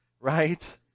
Right